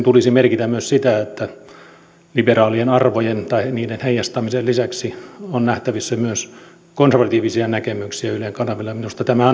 tulisi merkitä myös sitä että liberaalien arvojen tai niiden heijastamisen lisäksi on nähtävissä myös konservatiivisia näkemyksiä ylen kanavilla ja minusta tämä